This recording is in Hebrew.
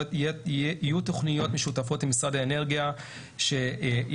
יהיו תוכניות משותפות עם משרד האנרגיה שייתנו